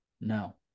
No